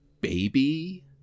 Baby